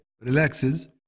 relaxes